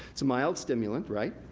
it's a mild stimulant, right?